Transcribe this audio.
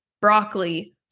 broccoli